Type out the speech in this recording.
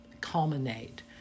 culminate